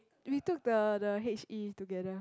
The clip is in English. we took the the H_E together